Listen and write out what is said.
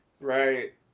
right